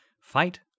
fight